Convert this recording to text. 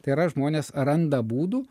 tai yra žmonės randa būdų